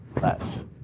less